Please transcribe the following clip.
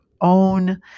own